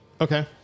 Okay